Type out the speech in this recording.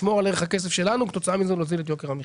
לשמור על ערך הכסף שלנו וכתוצאה מזה להוזיל את יוקר המחיה.